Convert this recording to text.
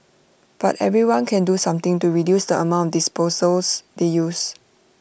but everyone can do something to reduce the amount disposables they use